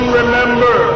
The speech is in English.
remember